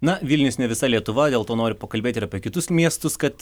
na vilnius ne visa lietuva dėl to noriu pakalbėti ir apie kitus miestus kad